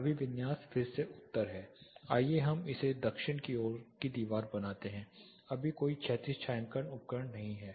अभिविन्यास फिर से उत्तर है आइए हम इसे दक्षिण की ओर की दीवार बनाते हैं अभी कोई क्षैतिज छायांकन उपकरण नहीं है